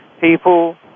people